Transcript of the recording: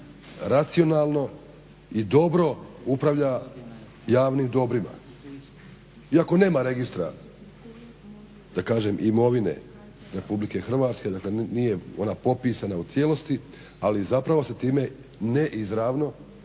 racionalno i dobro upravlja javnim dobrima. Iako nema registra da kažem imovine Republike Hrvatske, dakle nije ona popisana u cijelosti ali zapravo se time neizravno